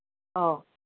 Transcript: ꯑꯧ